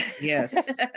Yes